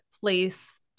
place